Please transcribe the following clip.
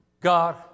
God